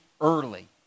early